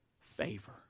favor